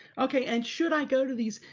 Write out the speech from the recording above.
okay, and should i go to these,